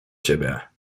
ciebie